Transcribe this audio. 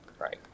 Right